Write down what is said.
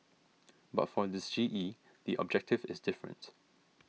but for this G E the objective is different